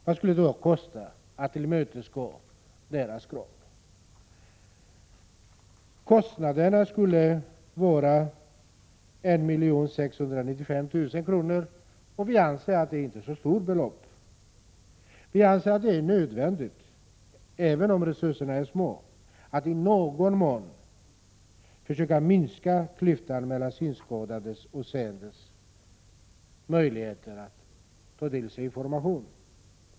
Vad skulle det då kosta att tillmötesgå kraven? — Kostnaderna skulle vara 1695 000 kr, och vi anser att det beloppet inte är särskilt stort. Det är nödvändigt, även om resurserna är små, att i någon mån försöka minska klyftan mellan synskadades och seendes möjligheter att ta till sig information.